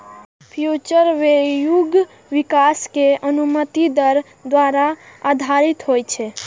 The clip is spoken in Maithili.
फ्यूचर वैल्यू विकास के अनुमानित दर पर आधारित होइ छै